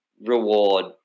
reward